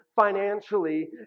financially